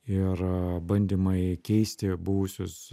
ir bandymai keisti buvusius